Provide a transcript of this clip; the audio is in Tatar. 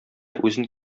үзен